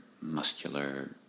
muscular